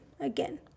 again